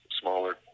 smaller